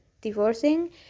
divorcing